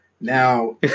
Now